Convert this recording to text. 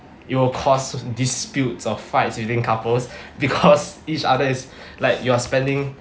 it will cause disputes or fights within couples because each other is like you're spending